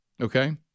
Okay